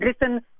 listen